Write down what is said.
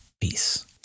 Peace